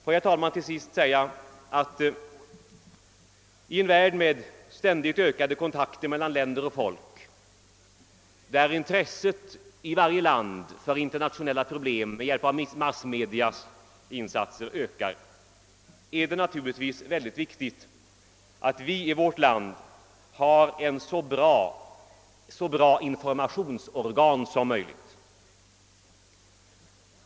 Får jag, herr talman, till sist säga att det i en värld med ständigt ökade kontakter mellan länder och folk, och där i varje land intresset för internationella problem med hjälp av massmedias insatser ökas, naturligtvis är ytterst viktigt att vi i vårt land har så bra informationsorgan som möjligt.